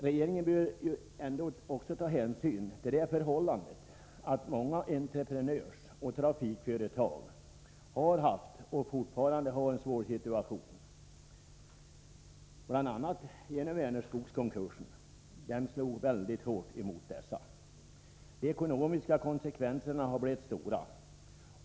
Regeringen bör även ta hänsyn till det förhållandet att många entreprenörsoch trafikföretag har haft och fortfarande har en svår situation bl.a. till följd av Vänerskogskonkursen, som slog mycket hårt mot dessa företag. De ekonomiska konsekvenserna har blivit stora.